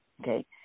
okay